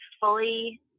fully